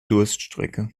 durststrecke